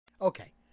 Okay